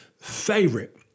favorite